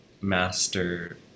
master